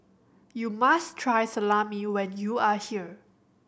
you must try Salami when you are here